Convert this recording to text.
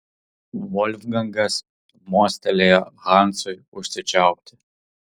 volfgangas mostelėjo hansui užsičiaupti